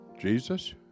Jesus